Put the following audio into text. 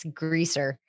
greaser